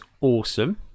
awesome